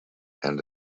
and